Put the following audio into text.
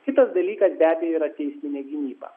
kitas dalykas be abejo yra teisinė gynyba